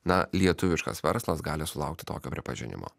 na lietuviškas verslas gali sulaukti tokio pripažinimo